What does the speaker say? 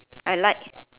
I like